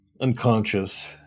Unconscious